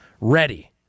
ready